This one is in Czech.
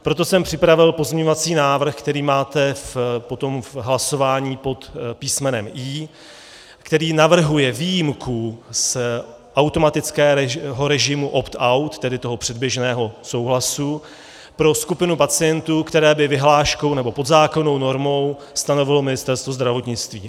Proto jsem připravil pozměňovací návrh, který máte potom v hlasování uveden pod písmenem I, který navrhuje výjimku z automatického režimu optout, tedy předběžného souhlasu, pro skupinu pacientů, které by vyhláškou, nebo podzákonnou normou, stanovilo Ministerstvo zdravotnictví.